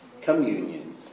communion